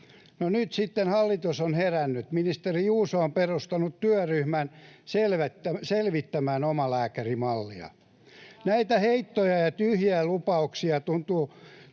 No nyt sitten hallitus on herännyt: ministeri Juuso on perustanut työryhmän selvittämään omalääkärimallia. Näitä heittoja ja tyhjiä lupauksia tuntuu